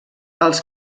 els